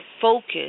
focus